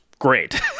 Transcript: Great